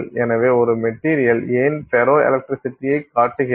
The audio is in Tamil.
எனவே ஒரு மெட்டீரியல் ஏன் ஃபெரோ எலக்ட்ரிசிட்டியைக் காட்டுகிறது